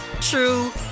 true